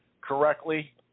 correctly